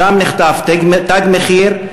שם נכתב "תג מחיר",